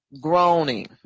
groaning